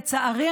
לצערי,